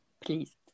please